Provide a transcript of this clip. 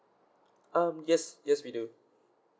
um yes yes we do